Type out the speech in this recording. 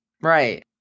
right